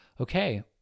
okay